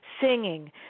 singing